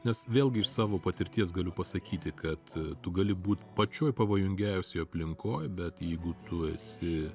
nes vėlgi iš savo patirties galiu pasakyti kad tu gali būt pačioje pavojingiausioje aplinkoje bet jeigu tu esi